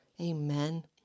Amen